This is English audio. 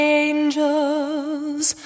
angels